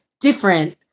different